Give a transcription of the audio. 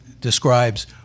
describes